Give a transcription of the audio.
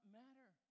matter